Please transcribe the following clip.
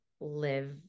live